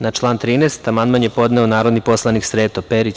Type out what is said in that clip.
Na član 13. amandman je podneo narodni poslanik Sreto Perić.